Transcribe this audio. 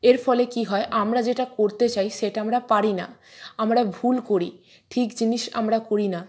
এর ফলে কি হয় আমরা যেটা করতে চাই সেটা আমরা পারি না আমরা ভুল করি ঠিক জিনিস আমরা করি না